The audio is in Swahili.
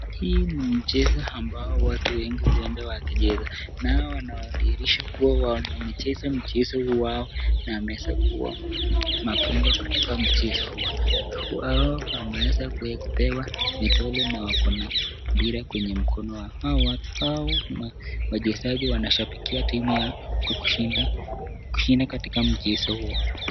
Hii ni mchezo ambao watu wengi huenda hukicheza. Naona wanaidhisha kuwa wanacheza mchezo huu wao na wameweza kuwa mabingwa katika mchezo huu. Hao wameweza kupewa medali na wako na mpira kwenye mkono. Hao hao wachezaji wanashabikia timu yao kushinda kushinda katika mchezo huu.